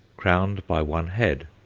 crowned by one head.